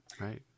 right